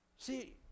See